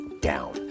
down